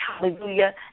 hallelujah